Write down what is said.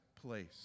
place